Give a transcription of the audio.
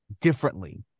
differently